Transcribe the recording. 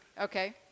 Okay